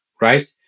right